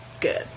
good